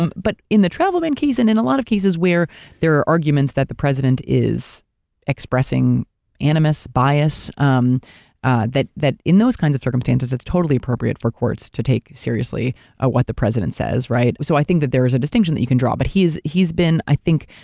and but in the travel ban case and in a lot of cases where there are arguments that the president is expressing animus, bias, um that that in those kinds of circumstances it's totally appropriate for courts to take seriously ah what the president says. so i think that there is a distinction that you can draw but he's he's been i think,